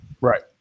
Right